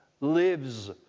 lives